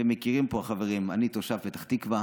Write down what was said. ומכירים פה החברים, אני תושב פתח תקווה,